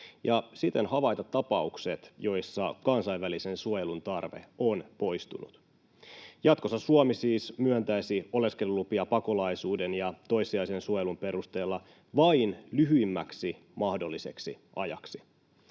ja siten havaita tapaukset, joissa kansainvälisen suojelun tarve on poistunut. Jatkossa Suomi siis myöntäisi oleskelulupia pakolaisuuden ja toissijaisen suojelun perusteella vain lyhyimmäksi mahdolliseksi ajaksi.